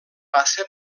passa